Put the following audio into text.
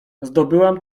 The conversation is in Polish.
zdobyłam